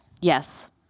Yes